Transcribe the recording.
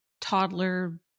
toddler